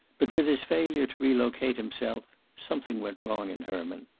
but, with his failure to relocate himself, something went wrong in herman.